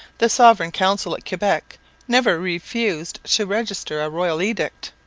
the sovereign council at quebec never refused to register a royal edict.